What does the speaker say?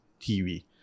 TV